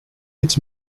its